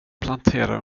plantera